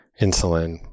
Insulin